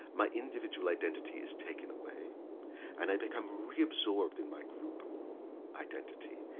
my individual identity is taken away and i become reabsorbed in my group identity.